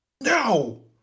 No